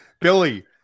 Billy